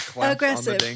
aggressive